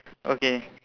okay